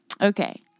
Okay